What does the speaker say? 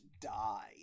die